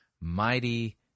mighty